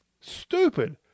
stupid